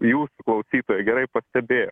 jūsų klausytoja gerai pastebėjo